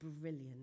brilliant